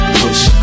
push